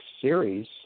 Series